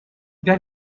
then